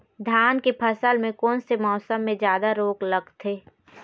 धान के फसल मे कोन से मौसम मे जादा रोग लगथे?